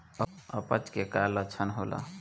अपच के का लक्षण होला?